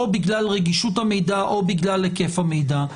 או בגלל רגישות המידע או בגלל היקף המידע,